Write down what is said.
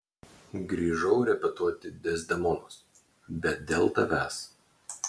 grįžau repetuoti dezdemonos bet dėl tavęs